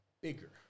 bigger